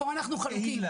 פה אנחנו חלוקים.